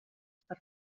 per